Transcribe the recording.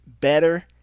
Better